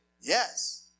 Yes